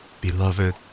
beloved